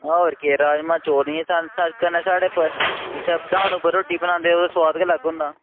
होर केह् राजमांह् चौल कन्नै साढ़े इत्थें डाह्न उप्पर रोटी बनांदे ओह्दा सोआद गै अलग होंदा